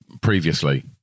previously